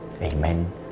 Amen